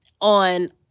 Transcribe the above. on